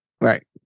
right